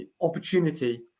opportunity